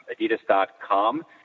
Adidas.com